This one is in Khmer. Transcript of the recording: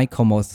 ICOMOS។